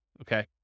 Okay